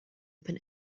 open